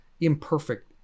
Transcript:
imperfect